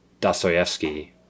Dostoevsky